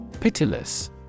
Pitiless